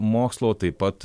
mokslo taip pat